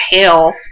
hell